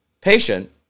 patient